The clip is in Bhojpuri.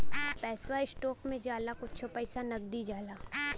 पैसवा स्टोक मे जाला कुच्छे पइसा नगदी जाला